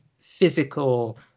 physical